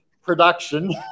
production